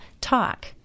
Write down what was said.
talk